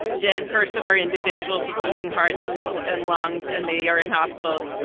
dead person or individuals that beating hearts and and lungs and they are in hospitals,